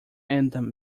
anthem